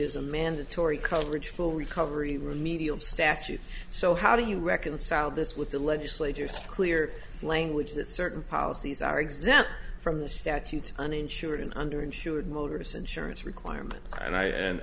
is a mandatory coverage full recovery remedial statute so how do you reconcile this with the legislature's clear language that certain policies are exempt from the statutes uninsured and under insured motorists insurance requirements and i